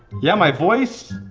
yeah my voice.